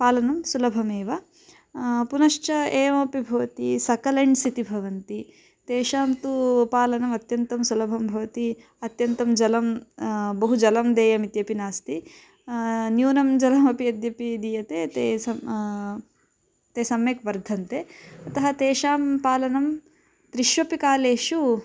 पालनं सुलभमेव पुनश्च एवमपि भवति सकलेण्ड्सिति भवन्ति तेषां तु पालनम् अत्यन्तं सुलभं भवति अत्यन्तं जलं बहुजलं देयम् इत्यपि नास्ति न्यूनं जलमपि यद्यपि दीयते ते स ते सम्यक् वर्धन्ते अतः तेषां पालनं त्रिश्वपि कालेषु